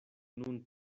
nun